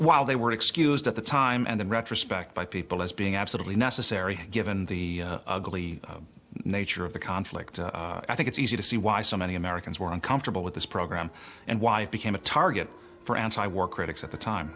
while they were excused at the time and in retrospect by people as being absolutely necessary given the ugly nature of the conflict i think it's easy to see why so many americans were uncomfortable with this program and wife became a target for anti war critics at the time